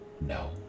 No